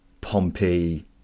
Pompey